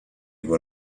would